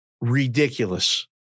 ridiculous